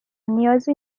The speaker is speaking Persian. نیازی